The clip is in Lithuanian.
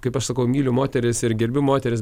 kaip aš sakau myliu moteris ir gerbiu moteris